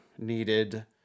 needed